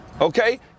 okay